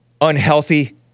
unhealthy